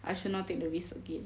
I should not take the risk again